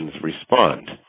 respond